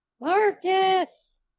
Marcus